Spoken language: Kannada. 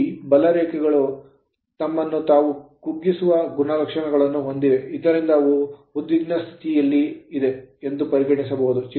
ಈ ಬಲರೇಖೆಗಳು ತಮ್ಮನ್ನು ತಾವು ಕುಗ್ಗಿಸುವ ಗುಣಲಕ್ಷಣವನ್ನು ಹೊಂದಿವೆ ಇದರಿಂದ ಅವು ಉದ್ವಿಗ್ನ ಸ್ಥಿತಿಯಲ್ಲಿ ಇದೆ ಎಂದು ಪರಿಗಣಿಸಬಹುದು